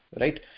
right